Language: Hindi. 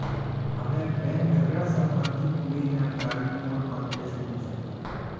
हमें बैंक ऋण संबंधी पूरी जानकारी फोन पर कैसे दे सकता है?